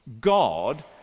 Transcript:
God